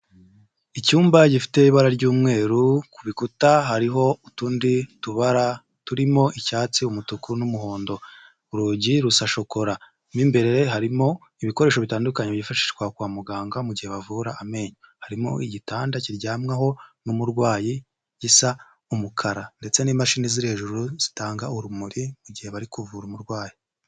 Icyumba gifite ibara ry'umweru ku bikuta hariho utundi tubara turimo icyatsi umutuku n'umuhondo urugi rusa shokora n'imbere harimo ibikoresho bitandukanye byifashishwa kwa muganga mu gihe bavura amenyo harimo igitanda kiryamwaho n'umurwayi gisaumukara ndetse n'imashini ziri hejuru zitanga urumuri mu gihe bari kuvura umurwayi.